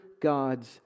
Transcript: God's